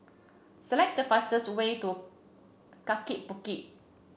select the fastest way to Kaki Bukit